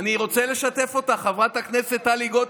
אני רוצה לשתף אותך, חברת הכנסת טלי גוטליב.